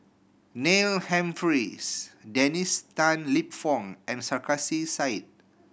Neil Humphreys Dennis Tan Lip Fong and Sarkasi Said